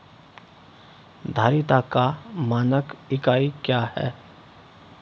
धारिता का मानक इकाई क्या है?